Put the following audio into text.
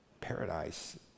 paradise